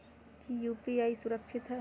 की यू.पी.आई सुरक्षित है?